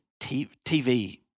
TV